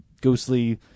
ghostly